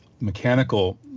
mechanical